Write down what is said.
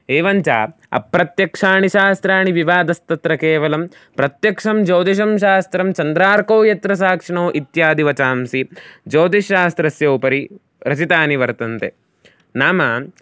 एवञ्च अप्रत्यक्षाणि शास्त्राणि विवादस्तत्र केवलम् प्रत्यक्षं ज्योतिषं शास्त्रं चन्द्रार्कौ यत्र साक्षिणौ इत्यादि वचांसि ज्योतिषशास्त्रस्य उपरि रचितानि वर्तन्ते नाम